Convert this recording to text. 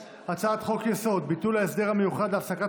הצעת חוק-יסוד: ביטול ההסדר המיוחד להפסקת